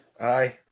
Aye